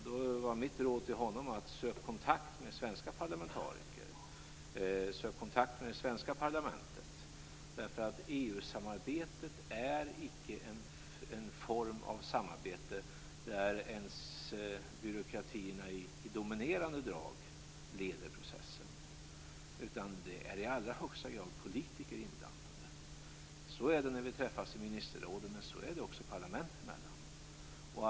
Då var mitt råd till honom: Sök kontakt med svenska parlamentariker, det svenska parlamentet, därför att EU-samarbetet inte är en form av samarbete där byråkratierna i dominerande drag leder processen, utan där är i allra högsta grad politiker inblandade. Så är det när vi träffas i ministerrådet och också parlament emellan.